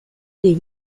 des